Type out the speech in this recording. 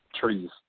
trees